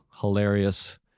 hilarious